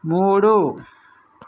మూడు